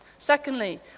Secondly